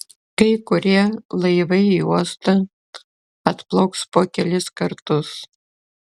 kai kurie laivai į uostą atplauks po kelis kartus